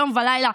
יום ולילה.